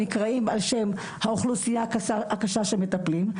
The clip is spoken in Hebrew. שנקראים על שם האוכלוסיה הקשה שמטפלים,